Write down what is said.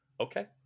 Okay